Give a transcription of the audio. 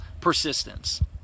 persistence